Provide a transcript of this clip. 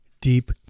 deep